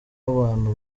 w’abantu